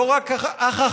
לא רק החכמה,